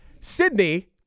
Sydney